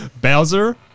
Bowser